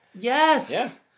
Yes